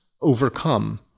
overcome